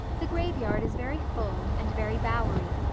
the graveyard is very full and very bowery,